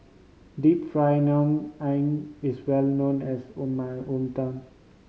Deep Fried Ngoh Hiang is well known as on my hometown